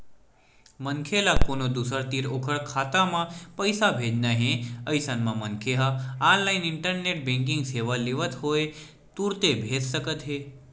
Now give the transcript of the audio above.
मनखे ल कोनो दूसर तीर ओखर खाता म पइसा भेजना हे अइसन म मनखे ह ऑनलाइन इंटरनेट बेंकिंग सेवा लेवत होय तुरते भेज सकत हे